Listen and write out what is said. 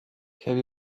have